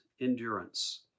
endurance